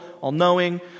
all-knowing